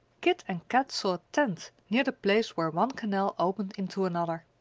kit and kat saw a tent near the place where one canal opened into another.